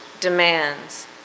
demands